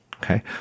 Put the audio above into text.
Okay